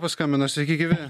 paskambino sveiki gyvi